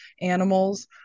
animals